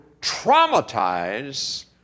traumatize